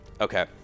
Okay